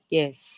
Yes